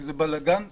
וזה בלגן נוראי.